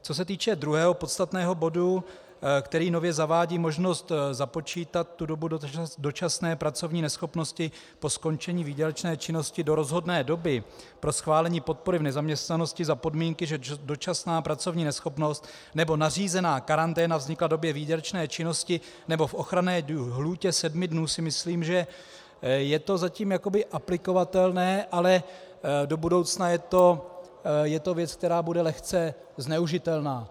Co se týče druhého podstatného bodu, který nově zavádí možnost započítat dobu dočasné pracovní neschopnosti po skončení výdělečné činnosti do rozhodné doby pro schválení podpory v nezaměstnanosti za podmínky, že dočasná pracovní neschopnost nebo nařízená karanténa vznikla v době výdělečné činnosti nebo v ochranné lhůtě 7 dnů, myslím si, že je to zatím jakoby aplikovatelné, ale do budoucna je to věc, která bude lehce zneužitelná.